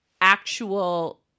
actual